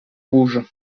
rouges